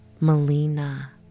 melina